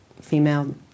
female